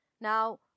Now